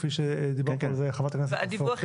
כפי שדיברה פה על זה חברת הכנסת רופא אופיר.